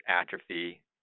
atrophy